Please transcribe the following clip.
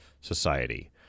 society